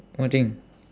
what thing